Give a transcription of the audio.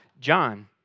John